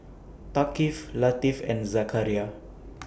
Thaqif Latif and Zakaria